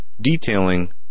detailing